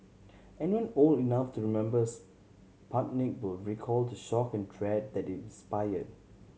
anyone old enough to remember Sputnik will recall the shock and dread that it inspired